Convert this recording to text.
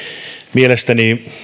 mielestäni